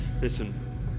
listen